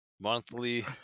monthly